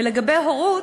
ולגבי הורות,